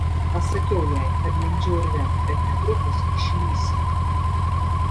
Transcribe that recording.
pasakiau jai kad lindžiu urve bet netrukus išlįsiu